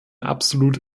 absolut